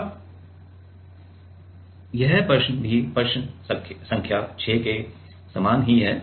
अब यह प्रश्न भी प्रश्न संख्या 6 के समान ही है